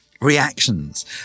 reactions